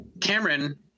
Cameron